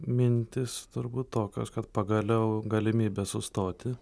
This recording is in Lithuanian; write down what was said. mintys turbūt tokios kad pagaliau galimybė sustoti